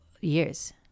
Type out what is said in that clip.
years